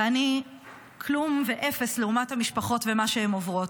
ואני כלום ואפס לעומת המשפחות ומה שהן עוברות.